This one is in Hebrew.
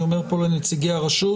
אני אומר פה לנציגי הרשות,